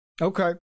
Okay